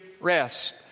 rest